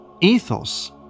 ethos